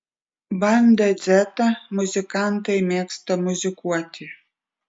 banda dzeta muzikantai mėgsta muzikuoti